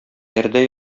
пәрдә